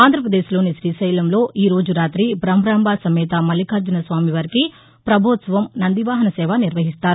ఆంధ్రాపదేశ్లోని గ్రీశైలంలో ఈ రోజు రాతి భ్రమరాంబ సమేత మల్లికార్జునస్వామి వారికి ప్రభోత్సవం నందివాహనసేవ నిర్వహిస్తారు